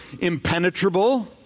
impenetrable